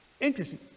Interesting